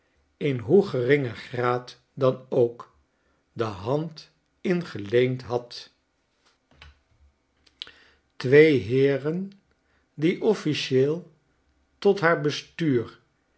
in hoe geringen graad dan ook de hand in geleend had twee heeren die ofneieel tot haar bestuur